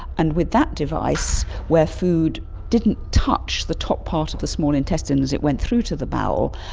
and with that device, where food didn't touch the top part of the small intestine as it went through to the bowe,